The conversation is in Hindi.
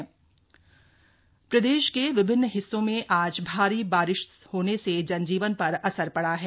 मौसम अपडेट प्रदेश के विभिन्न हिस्सों में आज भारी बारिश होने से जनजीवन पर असर पड़ा है